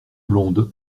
blondes